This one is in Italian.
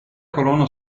colonna